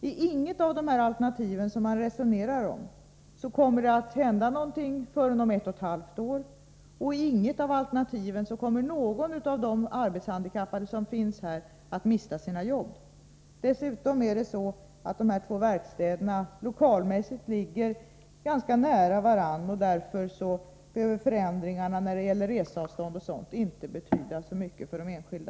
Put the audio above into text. Vilket av dessa alternativ man än väljer kommer det inte att hända någonting förrän om ett och ett halvt år. Inte heller kommer enligt något av alternativen någon av de arbetshandikappade som finns här att mista jobbet. Dessutom är det så att dessa två verkstäder lokalmässigt ligger ganska nära varandra, och därför behöver förändringarna när det gäller reseavstånd och sådant inte betyda så mycket för de enskilda.